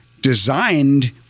designed